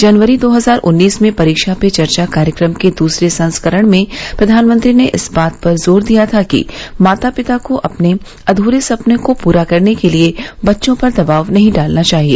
जनवरी दो हजार उन्नीस में परीक्षा पे चर्चा कार्यक्रम के दसरे संस्करण में प्रधानमंत्री ने इस बात पर जोर दिया था कि माता पिता को अपने अध्रे सपने पूरे करने के लिए बच्चों पर दबाव नहीं डालना चाहिए